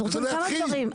אז רוצים כמה דברים,